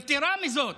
יתרה מזאת,